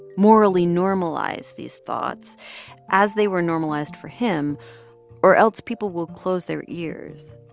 morally normalize these thoughts as they were normalized for him or else people will close their ears.